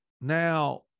now